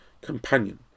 companion